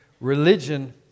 religion